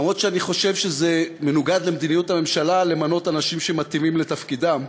אף שאני חושב שזה מנוגד למדיניות הממשלה למנות אנשים שמתאימים לתפקידם.